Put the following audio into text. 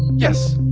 yes.